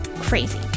Crazy